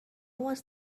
was